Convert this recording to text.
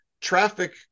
traffic